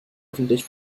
öffentlich